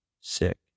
sick